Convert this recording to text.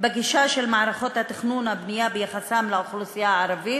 בגישה של מערכות התכנון והבנייה ויחסן לאוכלוסייה הערבית?